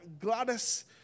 Gladys